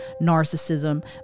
narcissism